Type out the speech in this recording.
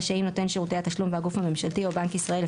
רשאים נותן שירותי התשלום והגוף הממשלתי או בנק ישראל,